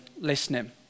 listening